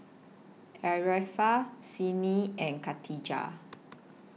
Arifa Senin and Khatijah